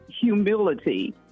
humility